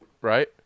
Right